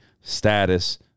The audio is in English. status